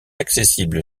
accessible